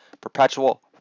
perpetual